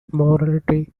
mortality